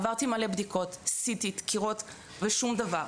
עברתי מלא בדיקות, סי-טי, דקירות, ושום דבר.